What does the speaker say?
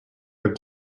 have